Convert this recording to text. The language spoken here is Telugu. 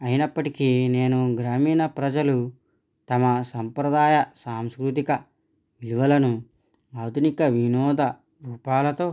అయినప్పటికి నేను గ్రామీణ ప్రజలు తమ సాంప్రదాయ సాంస్కృతిక విలువలను ఆధునిక వినోద రూపాలతో